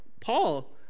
Paul